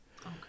okay